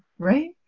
Right